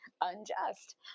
unjust